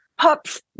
Pups